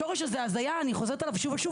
השורש הזה "הזיה" אני חוזרת עליו שוב ושוב